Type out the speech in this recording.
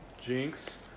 Jinx